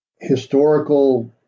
historical